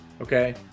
okay